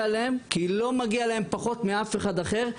להם כי לא מגיע להם פחות מאף אחד אחר,